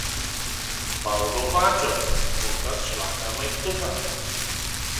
valgo pačios kol kas šlapią maistuką